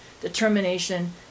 determination